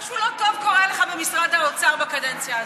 משהו לא טוב קורה לך במשרד האוצר בקדנציה הזאת.